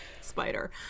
spider